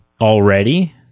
already